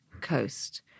coast